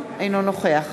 אינו נוכח